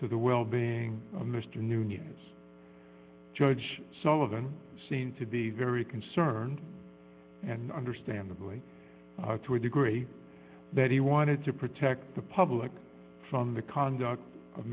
to the well being of mr new needs judge sullivan seem to be very concerned and understandably to a degree that he wanted to protect the public from the conduct of